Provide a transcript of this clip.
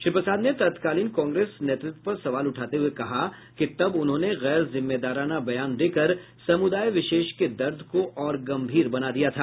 श्री प्रसाद ने तत्कालीन कांग्रेस नेतृत्व पर सवाल उठाते हुए कहा कि तब उन्होंने गैर जिम्मेदाराना बयान देकर समुदाय विशेष के दर्द को और गंभीर बना दिया था